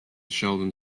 sheldon